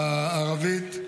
הערבית,